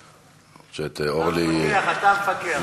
תהיה פה פעם כשהיא מדברת ותנסה להפסיק אותה,